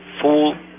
full